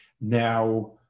Now